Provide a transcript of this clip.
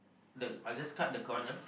the I'll just cut the corner